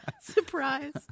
Surprise